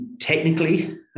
technically